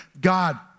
God